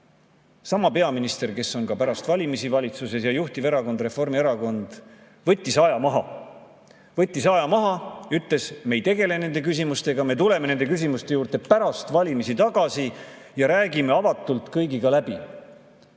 sama peaminister, kes on ka pärast valimisi valitsuses, ja juhtiv erakond, Reformierakond, võttis aja maha. Võttis aja maha, ütles, et me ei tegele nende küsimustega. Me tuleme nende küsimuste juurde pärast valimisi tagasi ja räägime avatult kõigiga läbi.